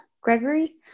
gregory